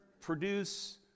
produce